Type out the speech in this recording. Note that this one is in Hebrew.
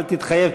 אל תתחייב,